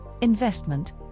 investment